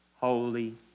holy